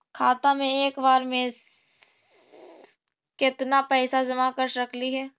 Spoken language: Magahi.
खाता मे एक बार मे केत्ना पैसा जमा कर सकली हे?